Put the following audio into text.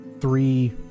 three